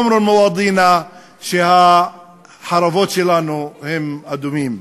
(אומר בערבית ומתרגם:) החרבות שלנו הן אדומות.